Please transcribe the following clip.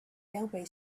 railway